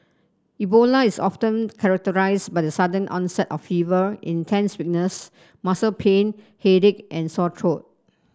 Ebola is often characterised by the sudden onset of fever intense weakness muscle pain headache and sore trod